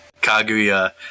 kaguya